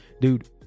dude